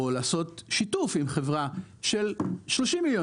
או לעשות שיתוף עם חברה של 30 מיליון